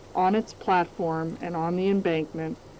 on its platform and on the embankment,